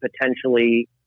potentially